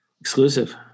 exclusive